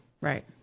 Right